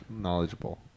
knowledgeable